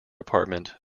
apartment